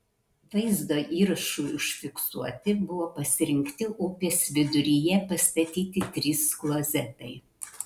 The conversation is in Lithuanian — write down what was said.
vaizdo įrašui užfiksuoti buvo pasirinkti upės viduryje pastatyti trys klozetai